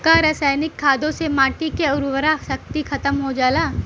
का रसायनिक खादों से माटी क उर्वरा शक्ति खतम हो जाला?